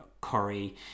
curry